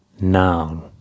noun